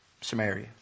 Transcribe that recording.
Samaria